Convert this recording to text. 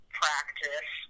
practice